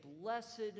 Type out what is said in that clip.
blessed